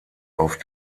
auf